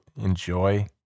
enjoy